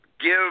give